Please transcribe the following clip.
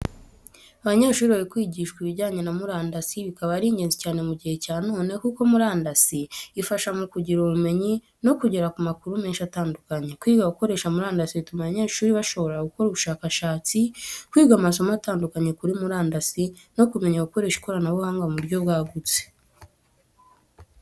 Abanyeshuri bari kwigishwa ibijyanye na murandasi, bikaba ari ingenzi cyane mu gihe cya none kuko murandasi ifasha mu kugira ubumenyi no kugera ku makuru menshi atandukanye. Kwiga gukoresha murandasi bituma abanyeshuri bashobora gukora ubushakashatsi, kwiga amasomo atandukanye kuri murandasii, no kumenya gukoresha ikoranabuhanga mu buryo bwagutse.